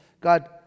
God